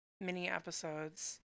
mini-episodes